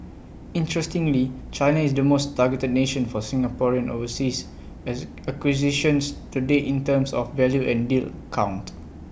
interestingly China is the most targeted nation for Singaporean overseas as acquisitions to date in terms of value and deal count